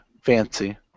Fancy